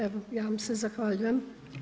Evo ja vam se zahvaljujem.